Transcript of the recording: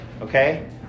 Okay